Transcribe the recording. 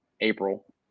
April